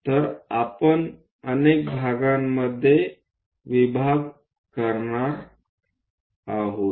तर आपण अनेक भागामध्ये विभाग करणार आहोत